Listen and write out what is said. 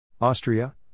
Austria